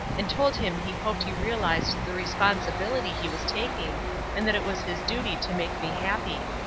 and told him he hoped he realized the responsibility he was taking and that it was his duty to make me happy.